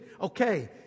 Okay